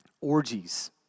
orgies